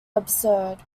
absurd